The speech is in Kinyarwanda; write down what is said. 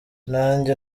nanjye